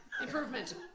Improvement